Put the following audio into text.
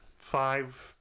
five